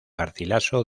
garcilaso